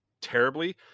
terribly